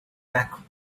back